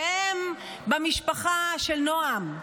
שהם במשפחה של נעם,